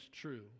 true